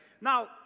Now